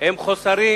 הם חוסרים